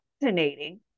Fascinating